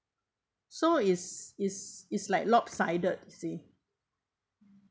so it's it's it's like lopsided you see